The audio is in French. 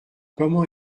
comment